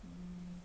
mmhmm